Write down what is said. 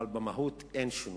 אבל במהות אין שינוי.